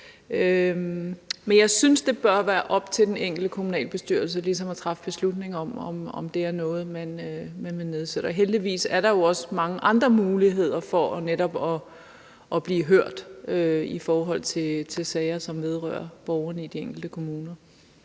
Men jeg synes, det bør være op til den enkelte kommunalbestyrelse at træffe beslutningen om, om det er noget, man vil nedsætte. Og heldigvis er der jo netop også mange andre muligheder for at blive hørt i sager, som vedrører borgerne, i de enkelte kommuner.